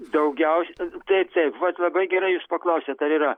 daugiausia taip taip vat labai gerai jūs paklausėt ar yra